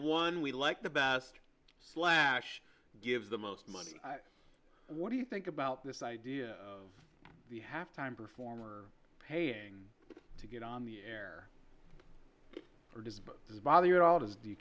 one we like the best slash gives the most money what do you think about this idea of the halftime performer paying to get on the air or does but does bother you at all